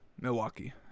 Milwaukee